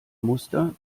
muster